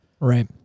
Right